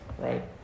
right